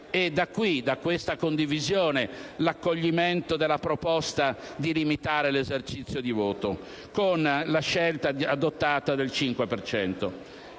Da questa condivisione deriva l'accoglimento della proposta di limitare l'esercizio di voto, con la scelta adottata del 5